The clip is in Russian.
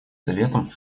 советом